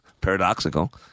paradoxical